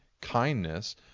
kindness